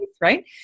right